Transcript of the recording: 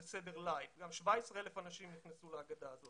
17,000 אנשים נכנסו להגדה.